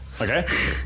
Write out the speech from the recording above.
Okay